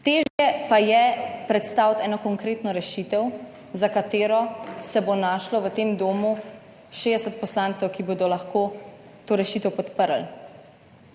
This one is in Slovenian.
Težje pa je predstaviti eno konkretno rešitev, za katero se bo našlo v tem domu 60 poslancev, ki bodo lahko to rešitev podprli.